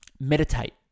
meditate